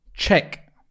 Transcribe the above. Check